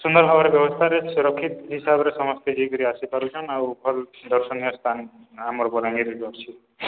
ସୁନ୍ଦର୍ ଭାବରେ ବ୍ୟବସ୍ଥାରେ ସୁରକ୍ଷିତ୍ ହିସାବ୍ରେ ସମସ୍ତେ ଯାଇକରି ଆସିପାରୁଚନ୍ ଆଉ ଭଲ୍ ଦର୍ଶନୀୟ ସ୍ଥାନ୍ ଆମର୍ ବଲାଙ୍ଗୀର୍ରେ ବି ଅଛେ